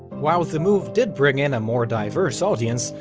while the move did bring in a more diverse audience,